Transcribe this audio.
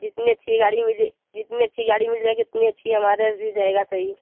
जितनी अच्छी गाड़ी मिले जितनी अच्छी गाड़ी मिल जाएगी उतनी अच्छी हमारे लिए रहेगा सही